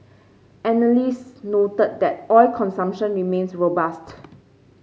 analysts noted that oil consumption remains robust